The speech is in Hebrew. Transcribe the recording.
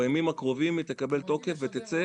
בימים הקרובים היא תקבל תוקף, תצא